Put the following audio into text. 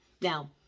Now